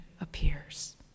appears